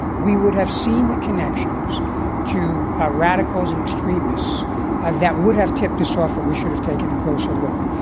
we would have seen the connections to ah radicals and extremists ah that would have tipped us off, that we should have taken a closer look.